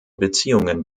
beziehungen